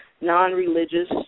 non-religious